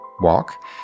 walk